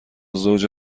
زوج